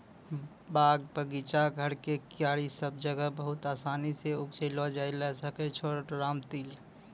बाग, बगीचा, घर के क्यारी सब जगह बहुत आसानी सॅ उपजैलो जाय ल सकै छो रामतिल